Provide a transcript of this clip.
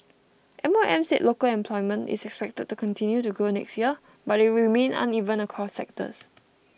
M O M said local employment is expected to continue to grow next year but it will remain uneven across sectors